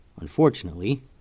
Unfortunately